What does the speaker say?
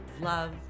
love